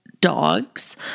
Dogs